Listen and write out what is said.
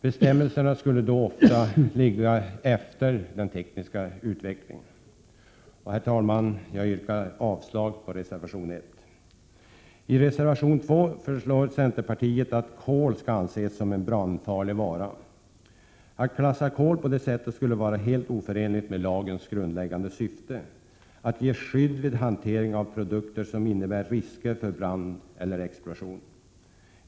Bestämmelserna skulle då ofta ligga efter den tekniska utvecklingen. Herr talman! Jag yrkar avslag på reservation 1. I reservation 2 föreslår centerpartiet att kol skall anses som en brandfarlig vara. Att klassa kol på det sättet skulle vara helt oförenligt med lagens grundläggande syfte, att ge skydd vid hantering av produkter som innebär risker för brand eller explosion.